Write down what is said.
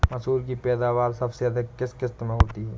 मसूर की पैदावार सबसे अधिक किस किश्त में होती है?